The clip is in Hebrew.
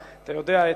אתה יודע,